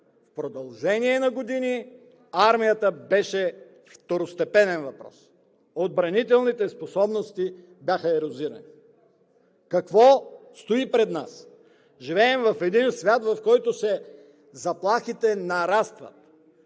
„В продължение на години армията беше второстепенен въпрос. Отбранителните способности бяха ерозирани.“ Какво стои пред нас? Живеем в един свят, в който заплахите нарастват